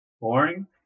Boring